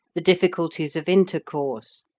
the difficulties of intercourse,